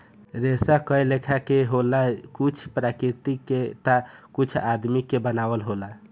रेसा कए लेखा के होला कुछ प्राकृतिक के ता कुछ आदमी के बनावल होला